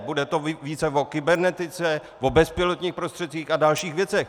Bude to více o kybernetice, o bezpilotních prostředcích a dalších věcech.